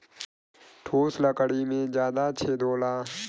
ठोस लकड़ी में जादा छेद होला